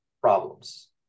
problems